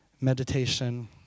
meditation